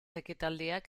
ekitaldiak